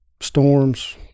storms